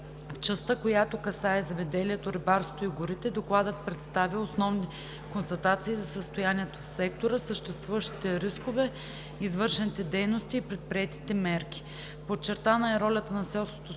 частта, която касае земеделието, рибарството и горите, Докладът представя основни констатации за състоянието в сектора, съществуващите рискове, извършените дейности и предприетите мерки. Подчертана е ролята на селското